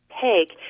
take